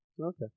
okay